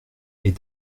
est